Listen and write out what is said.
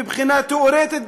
מבחינה תיאורטית,